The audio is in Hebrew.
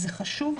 זה חשוב,